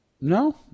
No